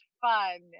fun